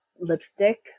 lipstick